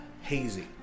hazy